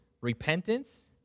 repentance